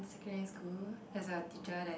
secondary school there's a teacher that